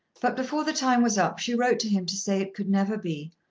but before the time was up she wrote to him to say it could never be.